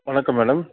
வணக்கம் மேடம்